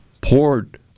Poured